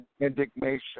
indignation